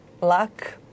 luck